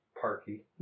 Parky